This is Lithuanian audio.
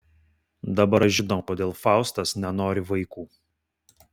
dabar aš žinau kodėl faustas nenori vaikų